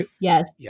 Yes